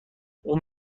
اون